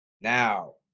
Now